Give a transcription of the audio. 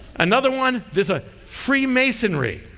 another one. there's a freemasonry.